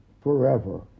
forever